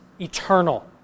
eternal